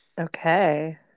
Okay